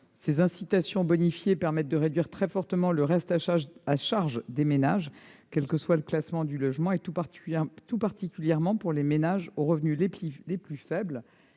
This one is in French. Ces incitations bonifiées permettent de réduire très fortement le reste à charge des ménages, quel que soit le classement énergétique de leur logement, en particulier pour les ménages aux revenus les plus faibles,